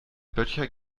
böttcher